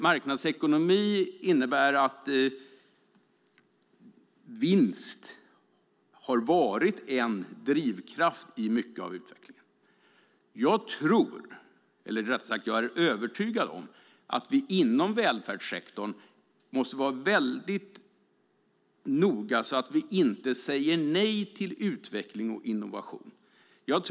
Marknadsekonomi innebär att vinst har varit en drivkraft i mycket av utvecklingen. Jag tror, eller rättare sagt jag är övertygad om, att vi inom välfärdssektorn måste vara noga med att inte säga nej till utveckling och innovation.